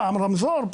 פעם רמזור,